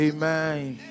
Amen